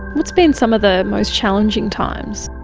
what's been some of the most challenging times?